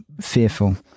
fearful